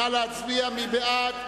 נא להצביע, מי בעד?